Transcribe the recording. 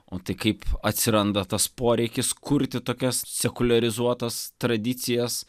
o tai kaip atsiranda tas poreikis kurti tokias sekuliarizuotas tradicijas